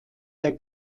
der